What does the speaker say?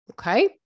Okay